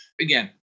again